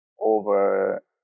over